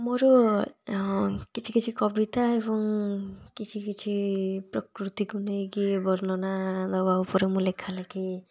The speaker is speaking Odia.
ମୋର କିଛି କିଛି କବିତା ଏବଂ କିଛି କିଛି ପ୍ରକୃତିକୁ ନେଇକି ବର୍ଣ୍ଣନା ଦେବା ଉପରେ ମୁଁ ଲେଖାଲେଖି